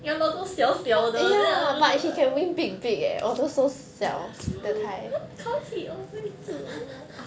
ya lor 都小小的 then cause he always 自摸 ah